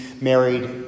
married